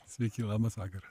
sveiki labas vakaras